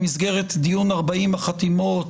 במסגרת דיון 40 החתימות,